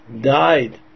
died